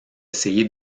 essayé